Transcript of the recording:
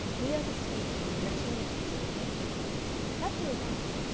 we are the species, and maternity is our game that's all right,